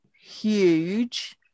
huge